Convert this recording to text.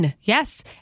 Yes